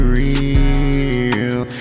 real